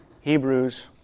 Hebrews